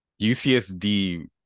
UCSD